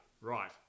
Right